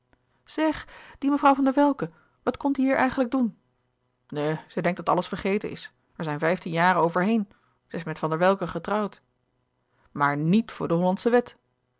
zeg die mevrouw van der welcke wat komt die hier eigenlijk doen nu ze denkt dat alles vergeten is er zijn vijftien jaren over heen ze is met van der welcke getrouwd maar niet voor de hollandsche wet